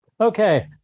Okay